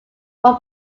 one